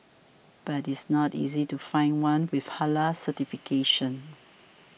but it's not easy to find one with Halal certification